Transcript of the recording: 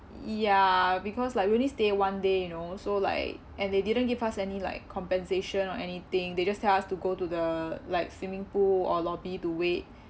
ya because like really stay one day you know so like and they didn't give us any like compensation or anything they just tell us to go to the like swimming pool or lobby to wait